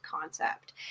concept